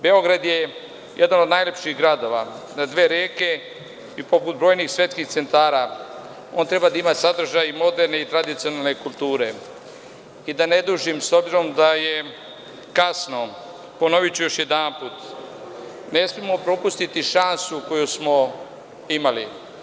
Beograd je jedan od najlepših gradova na dve reke i poput brojnih svetskih centara, on treba da ima sadržaj moderne i tradicionalne kulture i da ne dužim, s obzirom da je kasno, ponoviću još jednom, ne smemo propustiti šansu koju smo imali.